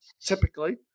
Typically